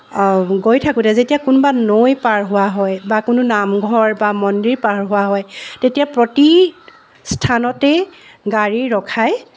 গৈ থাকোঁতে যেতিয়া কোনোবা নৈ পাৰ হয় বা কোনো নামঘৰ বা মন্দিৰ পাৰ হোৱা হয় তেতিয়া প্ৰতি স্থানতেই গাড়ী ৰখাই